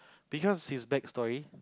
because his back story